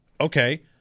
okay